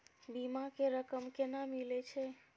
बीमा के रकम केना मिले छै?